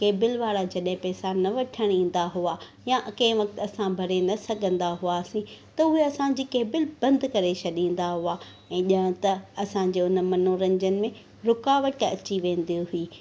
cable वारा जॾहिं पैसा न वठणु ईंदा हुआ या कंहिं वक़्तु असां भरे न सघंदा हुआसीं त उहे असांजी केबिल बंदि करे छॾींदा हुआ ऐं हीउ ॼाण त असांजे मनोरंजन में रुकावट अची वेंदी हुई